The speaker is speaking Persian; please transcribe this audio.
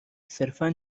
صرفا